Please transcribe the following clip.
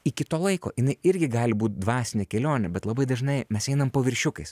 iki to laiko jinai irgi gali būt dvasinė kelionė bet labai dažnai mes einam paviršiukais